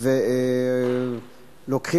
ואז מקבלים